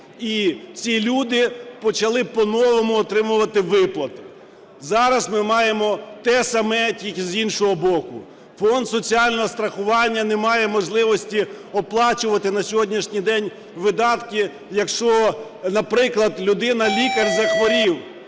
і ці люди почали, по-новому, отримувати виплати. Зараз ми маємо теж саме, тільки з іншого боку. Фонд соціального страхування не має можливості оплачувати на сьогоднішній день видатки, якщо, наприклад, людина-лікар захворів